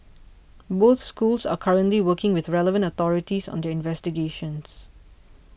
both schools are currently working with relevant authorities on their investigations